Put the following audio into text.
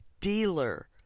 dealer